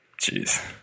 Jeez